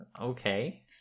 okay